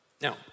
Now